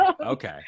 Okay